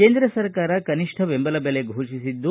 ಕೇಂದ್ರ ಸರ್ಕಾರ ಕನಿಷ್ಠ ಬೆಂಬಲ ಬೆಲೆ ಘೋಷಿಸಿದ್ದು